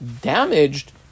damaged